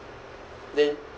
then